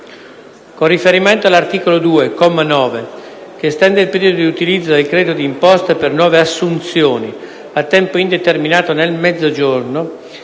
con riferimento all’articolo 2, comma 9, che estende il periodo di utilizzo del credito di imposta per nuove assunzioni a tempo indeterminato nel Mezzogiorno,